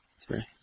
Three